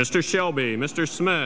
mr shelby mr smith